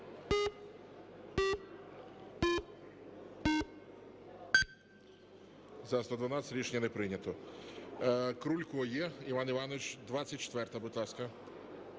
За-112 Рішення не прийнято. Крулько є? Іван Іванович, 24-а, будь ласка.